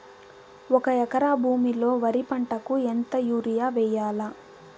ఒక ఎకరా భూమిలో వరి పంటకు ఎంత యూరియ వేయల్లా?